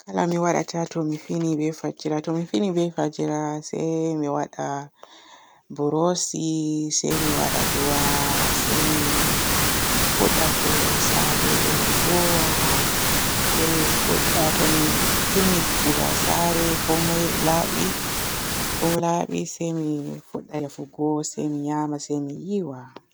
Kala mi waadata to mi fini be fajjira. To mi fini be fajjira se mi waada brusi se mi waada du'a, se mi fudda kuugal saare. Mi voowa, se mi fudda to mi timmini kuuga saare komay laabi komay laabi se mi fudda defugo se mi nyama se mi yiiwa.